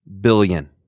Billion